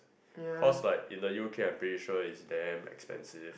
host like in the U_K I'm pretty sure is damn like expensive